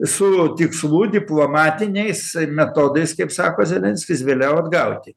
su tikslu diplomatiniais metodais kaip sako zelenskis vėliau atgauti